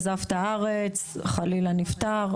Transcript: אם עזב את הארץ או חלילה נפטר,